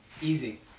Easy